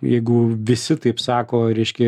jeigu visi taip sako reiškia